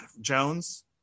jones